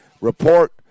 report